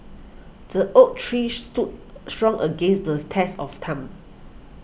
the oak tree stood strong against the test of time